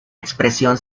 expresión